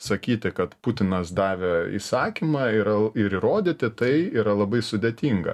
sakyti kad putinas davė įsakymą ir ir įrodyti tai yra labai sudėtinga